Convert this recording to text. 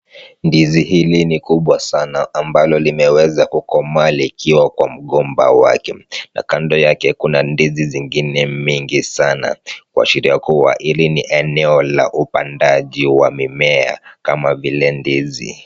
Ndizi hili ni kubwa sana ambalo limeweza kukomaa likiwa kwa mgomba wake, na kando yake kuna ndizi zingine mingi sana kuashiria kuwa hili ni eneo la upandaji wa mimea kama vile ndizi.